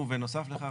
ובנוסף לכך,